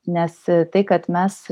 nes tai kad mes